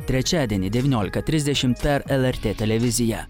trečiadienį devyniolika trisdešimt per lrt televiziją